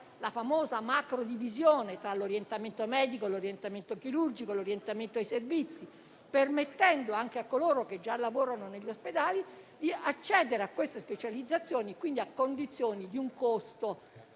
alla famosa macro-divisione tra l'orientamento medico, chirurgico e ai servizi, permettendo anche a coloro che già lavorano negli ospedali di accedere a queste specializzazioni, alla condizione di un costo